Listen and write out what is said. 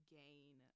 gain